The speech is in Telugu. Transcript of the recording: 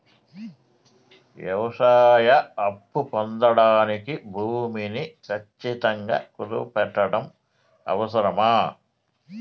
వ్యవసాయ అప్పు పొందడానికి భూమిని ఖచ్చితంగా కుదువు పెట్టడం అవసరమా?